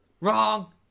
wrong